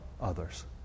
others